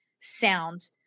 sound